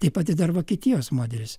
taip pat ir dar vokietijos modelis